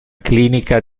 clinica